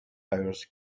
hours